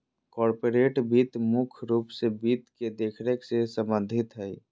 corporate वित्त मुख्य रूप से वित्त के देखरेख से सम्बन्धित हय